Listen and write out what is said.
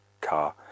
car